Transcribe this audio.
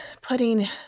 putting